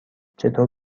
چطور